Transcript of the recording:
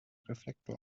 reflektor